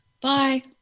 Bye